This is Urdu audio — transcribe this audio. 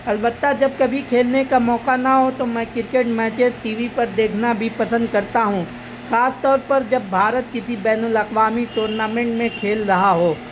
البتہ جب کبھی کھیلنے کا موقع نہ ہو تو میں کرکٹ میچز ٹی وی پر دیکھنا بھی پسند کرتا ہوں خاص طور پر جب بھارت کسی بین الاقوامی ٹورنامنٹ میں کھیل رہا ہو